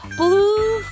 blue